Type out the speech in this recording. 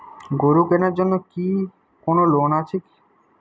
গরু কেনার জন্য কি কোন লোন আছে?